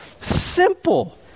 simple